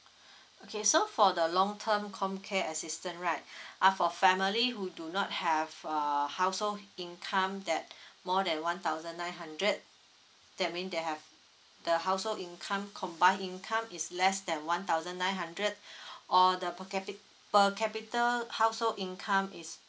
okay so for the long term comcare assistance right are for family who do not have uh household income that more than one thousand nine hundred that mean they have the household income combine income is less than one thousand nine hundred or the per capi~ per capital household income is